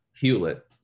Hewlett